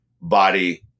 body